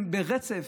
הם ברצף,